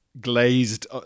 glazed